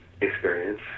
experience